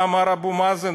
מה אמר אבו מאזן?